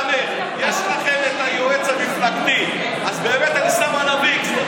יש לכם יועץ מפלגתי, אז באמת אני שם עליו x, אתה